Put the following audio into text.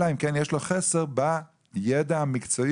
אלא אם כן יש לו חסר בידע המקצועי